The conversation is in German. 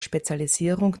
spezialisierung